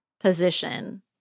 position